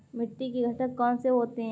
मिट्टी के घटक कौन से होते हैं?